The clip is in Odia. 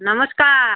ନମସ୍କାର